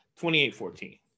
28-14